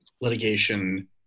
litigation